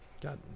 Got